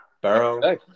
Barrow